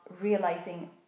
realizing